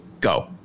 Go